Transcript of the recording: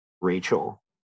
rachel